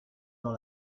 dans